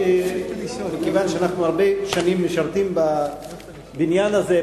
מכיוון שאנחנו הרבה שנים משרתים בבניין הזה,